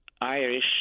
Irish